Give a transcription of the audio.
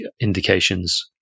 indications